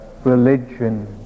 Religion